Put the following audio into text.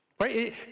Right